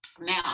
Now